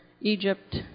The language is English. Egypt